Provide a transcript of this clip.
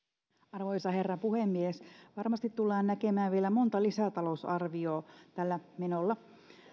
arvoisa herra puhemies varmasti tullaan näkemään vielä monta lisätalousarviota tällä menolla